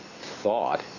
thought